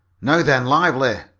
now then! lively!